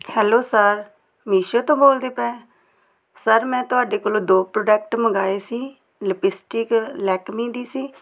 hello sir Meesho ਤੋਂ ਬੋਲਦੇ ਪਏ ਸਰ ਮੈਂ ਤੁਹਾਡੇ ਕੋਲੋਂ ਦੋ ਪ੍ਰੋਡਕਟ ਮੰਗਵਾਏ ਸੀ ਲਪਿਸਟਿਕ ਲੈਕਮੇ ਦੀ ਸੀ